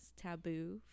taboo